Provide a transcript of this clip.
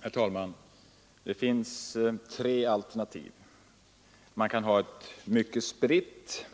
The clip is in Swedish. Herr talman! Det finns tre alternativ: man kan ha ett mycket spritt,